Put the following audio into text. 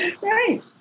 Right